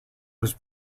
was